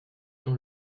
dans